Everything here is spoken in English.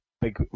Big